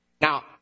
Now